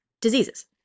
diseases